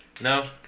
No